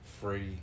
free